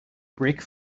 brake